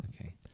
Okay